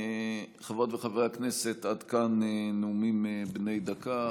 חברות וחברי הכנסת, עד כאן נאומים בני דקה.